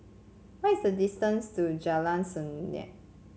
what is the distance to Jalan Senang